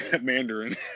Mandarin